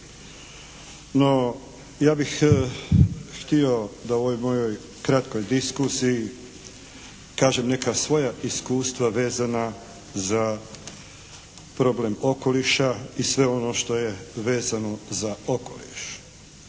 No ja bih htio da ovoj mojoj kratkoj diskusiji kažem neka svoja iskustava vezana za problem okoliša i sve ono što je vezano za okoliš.